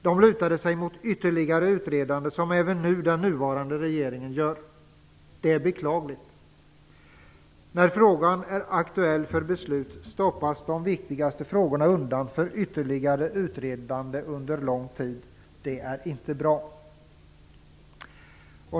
De lutade sig mot ytterligare utredande, som även den nuvarande regeringen gör. Det är beklagligt. När frågan är aktuell för beslut stoppas de viktigaste frågorna undan för ytterligare utredande under en lång tid. Det är inte bra.